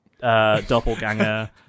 doppelganger